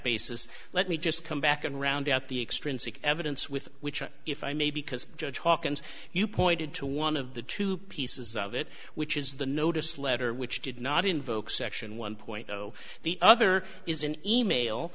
basis let me just come back and round out the extrinsic evidence with which if i may because judge hawkins you pointed to one of the two pieces of it which is the notice letter which did not invoke section one point zero the other is an e mail